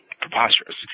preposterous